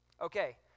Okay